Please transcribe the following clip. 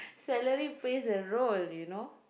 salary plays a role you know